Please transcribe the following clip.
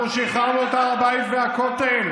אנחנו שחררנו את הר הבית והכותל.